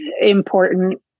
important